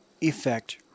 effect